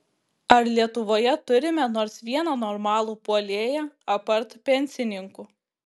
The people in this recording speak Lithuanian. ar lietuvoje turime nors vieną normalų puolėją apart pensininkų